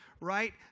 right